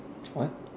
what